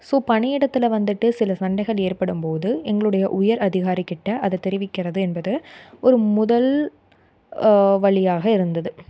so பணி இடத்தில் வந்துட்டு சில சண்டைகள் ஏற்படும்போது எங்களுடைய உயர் அதிகாரிக் கிட்டே அதை தெரிவிக்கிறது என்பது ஒரு முதல் வழியாக இருந்தது